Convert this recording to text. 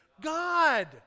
God